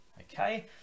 Okay